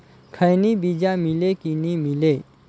खैनी बिजा मिले कि नी मिले?